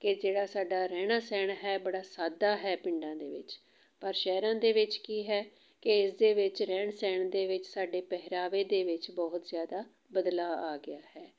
ਕਿ ਜਿਹੜਾ ਸਾਡਾ ਰਹਿਣਾ ਸਹਿਣਾ ਹੈ ਬੜਾ ਸਾਦਾ ਹੈ ਪਿੰਡਾਂ ਦੇ ਵਿੱਚ ਪਰ ਸ਼ਹਿਰਾਂ ਦੇ ਵਿੱਚ ਕੀ ਹੈ ਕਿ ਇਸ ਦੇ ਵਿੱਚ ਰਹਿਣ ਸਹਿਣ ਦੇ ਵਿੱਚ ਸਾਡੇ ਪਹਿਰਾਵੇ ਦੇ ਵਿੱਚ ਬਹੁਤ ਜ਼ਿਆਦਾ ਬਦਲਾਅ ਆ ਗਿਆ ਹੈ